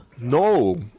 No